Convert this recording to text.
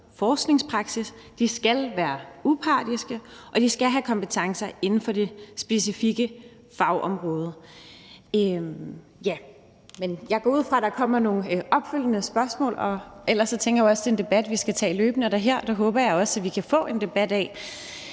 forskningspraksis, skal være upartiske, og at de skal have kompetencer inden for det specifikke fagområde. Men jeg går ud fra, at der kommer nogle opfølgende spørgsmål, og ellers så tænker jeg jo også, at det er en debat, vi skal tage løbende. Og det, som jeg håber vi kan få en debat af